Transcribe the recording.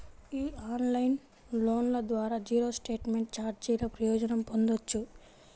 ఈ ఆన్లైన్ లోన్ల ద్వారా జీరో స్టేట్మెంట్ ఛార్జీల ప్రయోజనం పొందొచ్చు